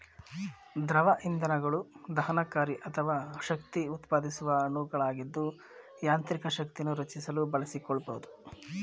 ದ್ರವ ಇಂಧನಗಳು ದಹನಕಾರಿ ಅಥವಾ ಶಕ್ತಿಉತ್ಪಾದಿಸುವ ಅಣುಗಳಾಗಿದ್ದು ಯಾಂತ್ರಿಕ ಶಕ್ತಿಯನ್ನು ರಚಿಸಲು ಬಳಸಿಕೊಳ್ಬೋದು